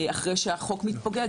אחרי שהחוק מתפוגג,